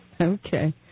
Okay